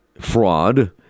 fraud